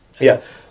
Yes